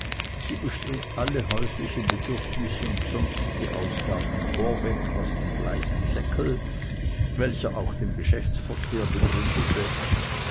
sie bestritt alle häuslichen bedürfnisse und sonstigen ausgaben vorweg aus dem gleichen seckel welcher auch den geschäftsverkehr begründete